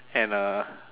and uh